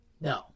No